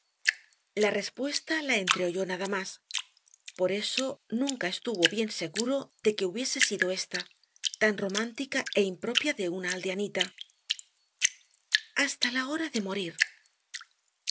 la respuesta la entreoyó nada más por eso nunca estuvo bien seguro de que hubiese sido ésta tan romántica é impropia de una aldeanita hasta la hora de morir